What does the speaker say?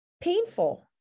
painful